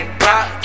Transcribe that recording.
pop